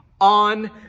on